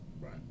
Right